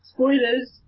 Spoilers